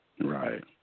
Right